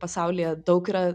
pasaulyje daug yra